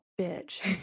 bitch